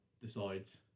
decides